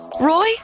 Roy